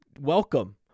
Welcome